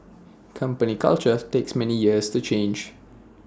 company culture takes many years to change